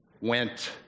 went